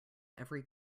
every